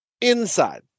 inside